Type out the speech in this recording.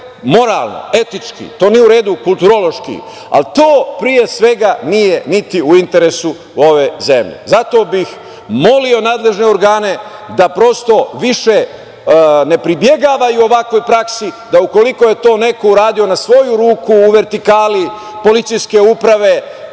moralno, etički, to nije u redu kulturološki, ali to pre svega niti u interesu ove zemlje. Zato bih molio nadležne organe da prosto više ne pribegavaju ovakvoj praksi, da ukoliko je to neko uradio na svoju ruku u vertikali policijske uprave,